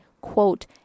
quote